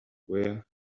where